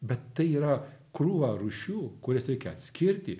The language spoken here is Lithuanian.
bet tai yra krūva rūšių kurias reikia atskirti